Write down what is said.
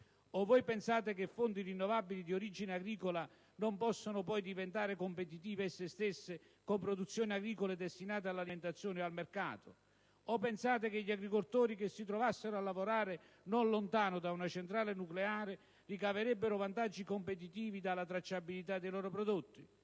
O forse pensate che fonti rinnovabili di origine agricola non possano poi diventare competitive esse stesse con produzioni agricole destinate all'alimentazione e al mercato? O pensate che gli agricoltori che si trovassero a lavorare non lontano da una centrale nucleare potrebbero ricavare vantaggi competitivi dalla "tracciabilità" dei loro prodotti?